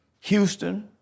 Houston